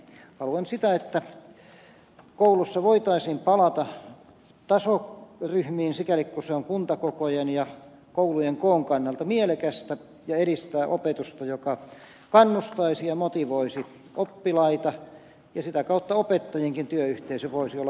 haluan sitä että koulussa voitaisiin palata tasoryhmiin sikäli kuin se on kuntakokojen ja koulujen koon kannalta mielekästä ja edistää opetusta joka kannustaisi ja motivoisi oppilaita ja sitä kautta opettajienkin työyhteisö voisi olla helpompi